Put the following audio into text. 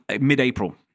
mid-April